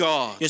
God